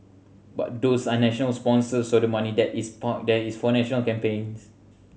but those are national sponsors so the money that is parked there is for national campaigns